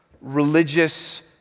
religious